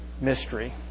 mystery